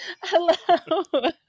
Hello